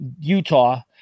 Utah